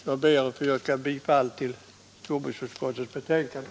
Jag ber att få yrka bifall till jordbruksutskottets betänkande.